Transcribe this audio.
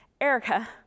Erica